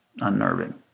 unnerving